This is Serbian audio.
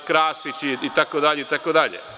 Krasić, itd, itd.